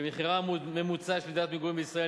שמחירה הממוצע של דירת מגורים בישראל